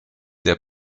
der